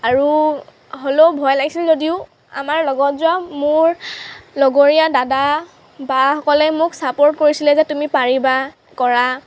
আৰু হলে'ও ভয় লাগিছিল যদিও আমাৰ লগত যোৱা মোৰ লগৰীয়া দাদা বাসকলে মোক ছাপোৰ্ট কৰিছিলে যে তুমি পাৰিবা কৰা